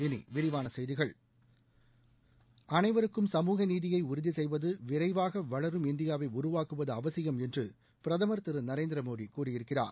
இனி விரிவான செய்திகள் அனைவருக்கும் சமூக நீதியை உறுதி செய்வது விரைவாக வளரும் இந்தியாவை உருவாக்குவது அவசியம் என்று பிரதமர் திரு நரேந்திர மோடி கூறியிருக்கிறார்